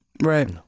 Right